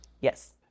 yes